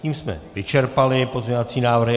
Tím jsme vyčerpali pozměňovací návrhy.